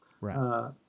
Right